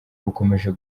bukomeje